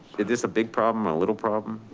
is this a big problem, a little problem.